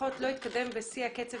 לפחות לא התקדם בשיא הקצב